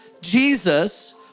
Jesus